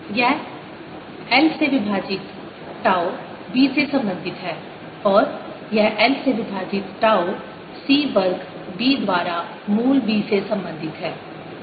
यह l से विभाजित टाउ B से संबंधित है और यह l से विभाजित टाउ C वर्ग B द्वारा मूल B से संबंधित है